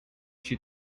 she